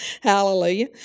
Hallelujah